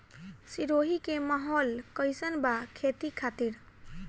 सिरोही के माहौल कईसन बा खेती खातिर?